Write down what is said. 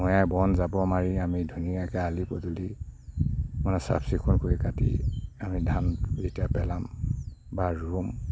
মৈয়াই বন জাবৰ মাৰি আমি ধুনীয়াকৈ আলি পদূলি মানে চাফ চিকুণ কৰি কাটি আমি ধান যেতিয়া পেলাম বা ৰুম